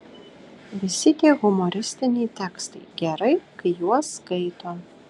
visi tie humoristiniai tekstai gerai kai juos skaito